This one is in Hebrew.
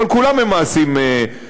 אבל כולם היו מעשים חמורים,